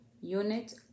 unit